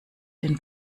den